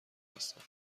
هستند